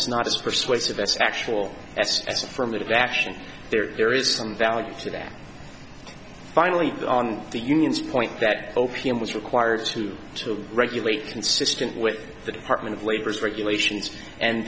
is not as persuasive as actual as affirmative action there is some value to that finally on the union's point that o p m was required to to regulate consistent with the department of labor's regulations and